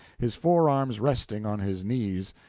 his forearms resting on his knees,